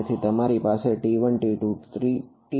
તેથી તમારી પાસે T1T2T3 છે